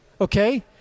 okay